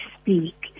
speak